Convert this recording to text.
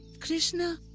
krishna,